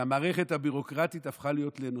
שהמערכת הביורוקרטית הפכה להיות אנושית,